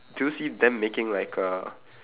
do you see them making like a